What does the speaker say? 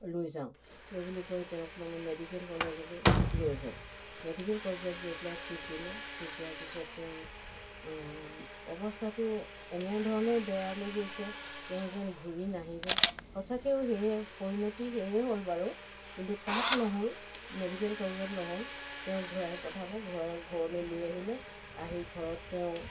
লৈ যাওঁ সেইবুলি কৈ তেওঁক মানে মেডিকেল কলেজলৈ লৈ গ'ল মেডিকেল কলেজত গৈ পেলাই ছিট দিলে ছিট দিয়াৰ পিছত তেওঁ অৱস্থাটো এনেধৰণে বেয়ালৈ গৈছে তেওঁ যেন ঘূৰি নাহিব সঁচাকৈও সেয়ে পৰিণতি সেয়ে হ'ল বাৰু কিন্তু তাত নহ'ল মেডিকেল কলেজত নহ'ল তেওঁক ঘূৰাই পঠালে ঘৰ ঘৰলৈ লৈ আহিলে আহি ঘৰত তেওঁ